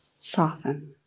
soften